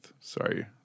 Sorry